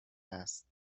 است